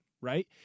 right